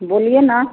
बोलिए ना